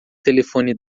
telefone